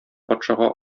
патшага